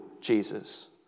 Jesus